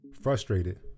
Frustrated